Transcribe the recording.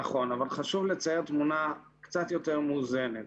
נכון, אבל חשוב לצייר תמונה קצת יותר מאוזנת.